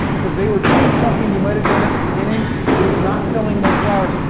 because they were doing something you might have done at the beginning that is not selling more flowers.